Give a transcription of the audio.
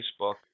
Facebook